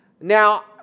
Now